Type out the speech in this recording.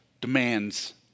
demands